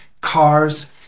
cars